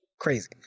Crazy